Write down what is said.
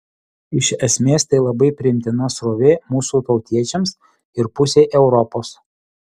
iš esmės tai labai priimtina srovė mūsų tautiečiams ir pusei europos